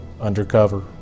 undercover